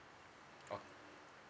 oh